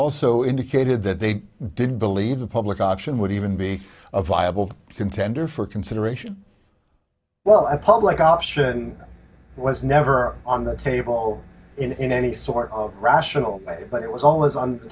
also indicated that they didn't believe the public option would even be a viable contender for consideration well a public option was never on the table in any sort of rational but it was always on the